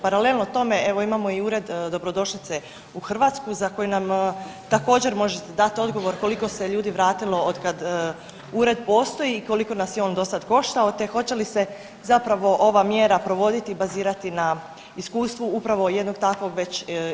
Paralelno tome evo imamo i ured dobrodošlice u Hrvatsku za koju nam također možete dat odgovor koliko se ljudi vratilo otkad ured postoji i koliko nas je on dosad koštao, te hoće li se zapravo ova mjera provoditi i bazirati na iskustvu upravo jednog takvog već isprobanog modela?